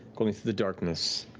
going through the darkness,